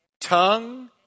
Tongue